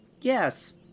Yes